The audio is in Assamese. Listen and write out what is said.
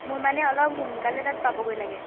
মোৰ মানে অলপ সোনকালে তাত পাবগৈ লাগে